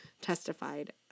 testified